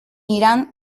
irán